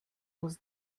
was